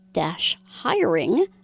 Hiring